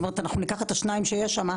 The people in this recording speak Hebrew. אני אקח את מי שיושבות שם,